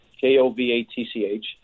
K-O-V-A-T-C-H